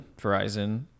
Verizon